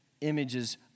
images